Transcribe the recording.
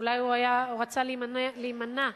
אולי הוא רצה להימנע ממבוכה,